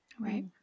Right